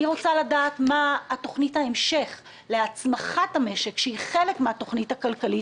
אני רוצה לדעת גם מה תכנית ההמשך להצמחת המשק שהיא חלק מהתכנית הכלכלית,